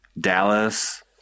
Dallas